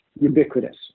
ubiquitous